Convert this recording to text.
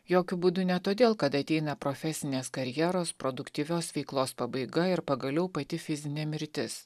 jokiu būdu ne todėl kad ateina profesinės karjeros produktyvios veiklos pabaiga ir pagaliau pati fizinė mirtis